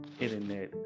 internet